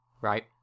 Right